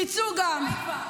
תצאו גם.